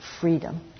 freedom